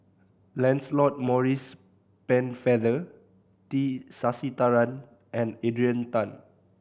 Lancelot Maurice Pennefather T Sasitharan and Adrian Tan